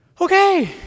Okay